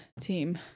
team